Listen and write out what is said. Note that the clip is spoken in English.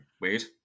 wait